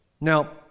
Now